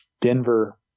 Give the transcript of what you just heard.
Denver